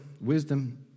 wisdom